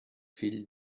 fill